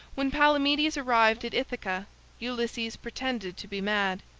when palamedes arrived at ithaca ulysses pretended to be mad.